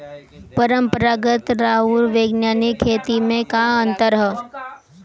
परंपरागत आऊर वैज्ञानिक खेती में का अंतर ह?